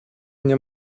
nie